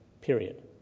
period